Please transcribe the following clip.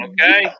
Okay